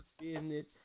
business